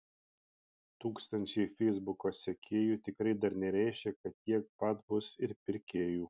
tūkstančiai feisbuko sekėjų tikrai dar nereiškia kad tiek pat bus ir pirkėjų